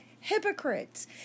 hypocrites